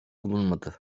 bulunmadı